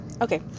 Okay